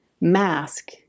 mask